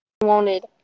Wanted